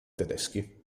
tedeschi